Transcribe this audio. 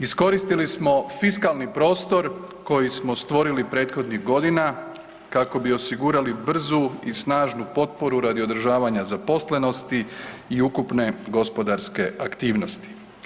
Iskoristili smo fiskalni prostor koji smo stvorili prethodnih godina kako bi osigurali brzu i snažnu potporu radi održavanja zaposlenosti i ukupne gospodarske aktivnosti.